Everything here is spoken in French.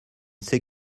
sais